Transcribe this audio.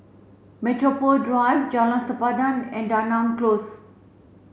Metropole Drive Jalan Sempadan and Denham Close